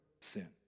sin